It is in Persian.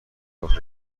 راه